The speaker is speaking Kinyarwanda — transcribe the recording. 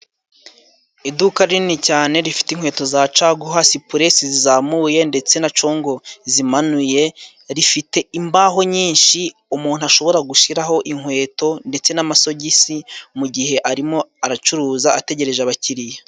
Iduka rinini cyane rifite inkweto za caguwa sipuresi zizamuye ndetse na congo zimanuye, rifite imbaho nyinshi umuntu ashobora gushiraho inkweto ndetse n'amasogisi, mu gihe arimo aracuruza ategereje abakiriya.